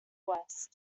west